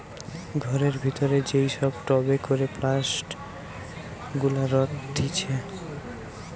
ঘরের ভিতরে যেই সব টবে করে প্লান্ট গুলা রাখতিছে